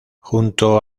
junto